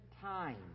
time